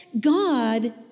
God